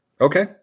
Okay